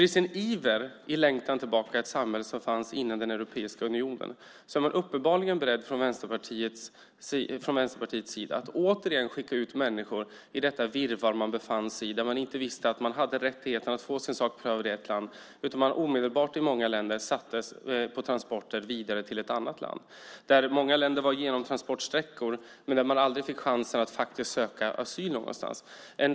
I sin iver och längtan tillbaka till ett samhälle som fanns före Europeiska unionen, är man från Vänsterpartiet uppenbarligen beredd att återigen skicka ut människor i detta virrvarr man befann sig i, där man inte visste att man hade rättigheten att få sin sak prövad i ett land utan i många länder omedelbart sattes på transporter vidare till ett annat land. Många länder var transportsträckor, men man fick aldrig chans att söka asyl någonstans.